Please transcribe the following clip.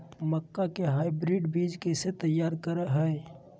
मक्का के हाइब्रिड बीज कैसे तैयार करय हैय?